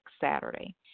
Saturday